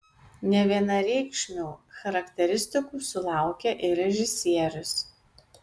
nevienareikšmių charakteristikų sulaukė ir režisierius